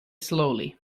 slowly